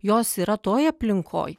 jos yra toj aplinkoj